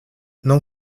não